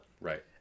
Right